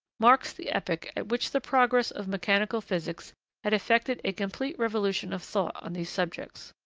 marks the epoch at which the progress of mechanical physics had effected a complete revolution of thought on these subjects.